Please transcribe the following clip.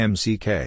Mck